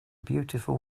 beautiful